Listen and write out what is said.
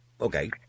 Okay